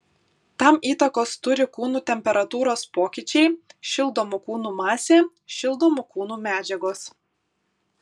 tam įtakos turi kūnų temperatūros pokyčiai šildomų kūnų masė šildomų kūnų medžiagos